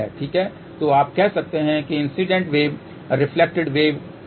ठीक है तो आप कह सकते हैं इंसिडेंट वेव रिफ्लेक्टेड वेव है